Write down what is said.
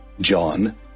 John